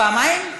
אז פעמיים?